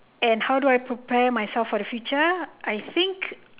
and how do I prepare myself for the future I think